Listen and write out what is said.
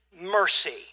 mercy